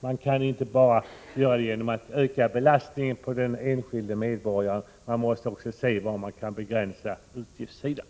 Man kan inte åstadkomma förbättringar bara genom att öka belastningen på den enskilde medborgaren. Man måste också se hur man kan göra begränsningar på utgiftssidan.